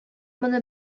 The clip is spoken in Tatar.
моны